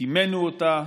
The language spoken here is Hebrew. טימאנו אותה,